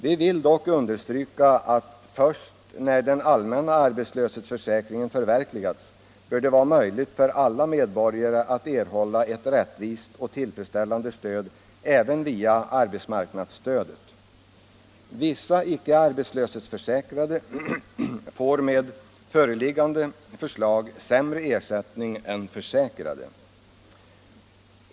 Vi vill dock understryka att först när den allmänna arbetslöshetsförsäkringen förverkligats bör det vara möjligt för alla medborgare att erhålla ett rättvist och tillfredsställande stöd även via AMS utbildningsstödet. Vissa icke arbetslöshetsförsäkrade får med föreliggande förslag sämre ersättning än försäkrade.